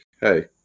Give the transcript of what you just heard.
hey